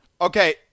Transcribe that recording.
Okay